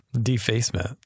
Defacement